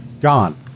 Gone